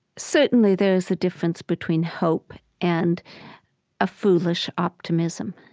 certainly there is a difference between hope and a foolish optimism.